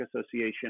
Association